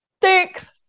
Thanks